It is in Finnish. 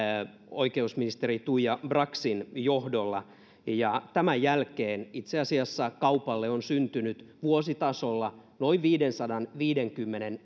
oikeusministeri tuija braxin johdolla ja tämän jälkeen itse asiassa kaupalle on syntynyt vuositasolla noin viidensadanviidenkymmenen